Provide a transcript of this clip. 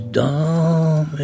dumb